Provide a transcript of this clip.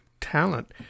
talent